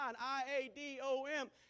I-A-D-O-M